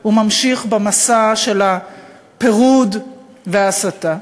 הוא ממשיך במסע של הפירוד וההסתה.